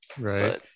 Right